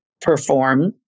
perform